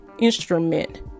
instrument